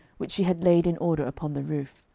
which she had laid in order upon the roof.